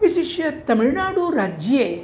विशिष्य तमिळ्नाडुराज्ये